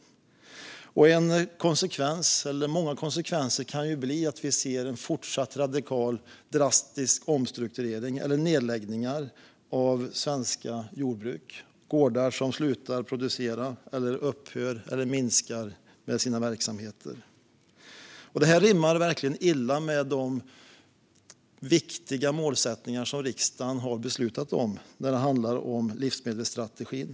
Många konsekvenser kan bli att vi ser en fortsatt radikal och drastisk omstrukturering eller nedläggningar av svenska jordbruk. Det är gårdar som slutar att producera eller upphör eller minskar med sina verksamheter. Det rimmar verkligen illa med de viktiga målsättningar som riksdagen har beslutat om när det handlar om livsmedelsstrategin.